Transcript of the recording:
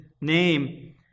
name